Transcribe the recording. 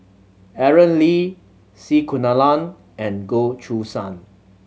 Aaron Lee C Kunalan and Goh Choo San